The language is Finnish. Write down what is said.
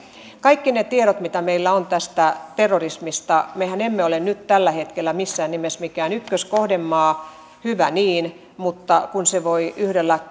kaikki ne tiedot mitä meillä on terrorismista mehän emme ole nyt tällä hetkellä missään nimessä mikään ykköskohdemaa hyvä niin mutta se voi yhdellä